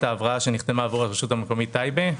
ההבראה שנחתמה עבור הרשות המקומית טייבה.